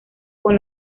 con